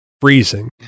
freezing